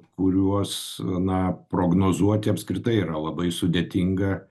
kuriuos na prognozuoti apskritai yra labai sudėtinga